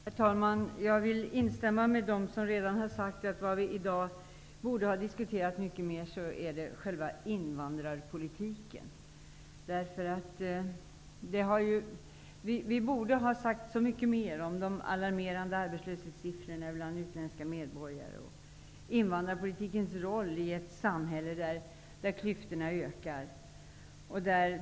Herr talman! Jag vill instämma med dem som redan har sagt att vi i dag mycket mer borde ha diskuterat själva invandrarpolitiken. Vi borde ha sagt så mycket mer om de alarmerande arbetslöshetssiffrorna för utländska medborgare och invandrarpolitikens roll i ett samhälle där klyftorna ökar.